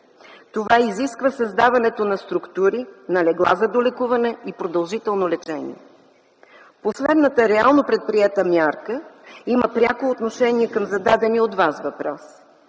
Това изисква създаването на структури, на легла за долекуване и продължително лечение. Последната реално предприета мярка има пряко отношение към зададения от Вас въпрос